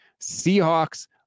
Seahawks